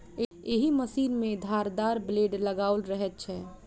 एहि मशीन मे धारदार ब्लेड लगाओल रहैत छै